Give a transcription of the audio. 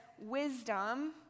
wisdom